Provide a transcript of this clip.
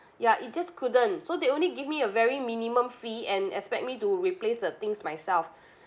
ya it just couldn't so they only give me a very minimum fee and expect me to replace the things myself